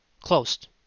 closed